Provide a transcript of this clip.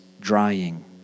drying